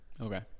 Okay